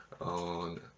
On